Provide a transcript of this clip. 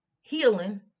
healing